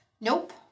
Nope